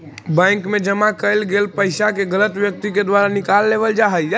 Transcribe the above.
bank मैं जमा कैल गेल पइसा के गलत व्यक्ति के द्वारा निकाल लेवल जा हइ